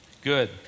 good